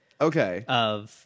Okay